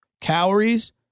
Calories